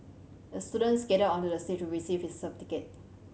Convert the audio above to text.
the student skated onto the stage to receive his certificate